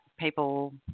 People